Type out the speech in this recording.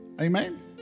Amen